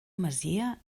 masia